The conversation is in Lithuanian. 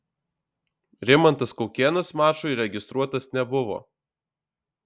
rimantas kaukėnas mačui registruotas nebuvo